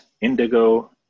indigo